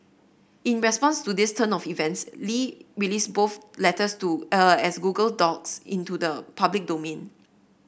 in response to this turn of events Li released both letters to a as Google docs into the public domain